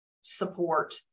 support